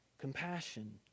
compassion